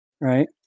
right